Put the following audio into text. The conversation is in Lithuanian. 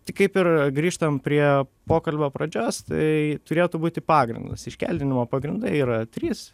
tai kaip ir grįžtam prie pokalbio pradžios tai turėtų būti pagrindas iškeldinimo pagrindai yra trys